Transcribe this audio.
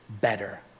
better